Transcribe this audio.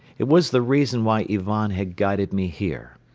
it was the reason why ivan had guided me here.